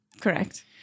Correct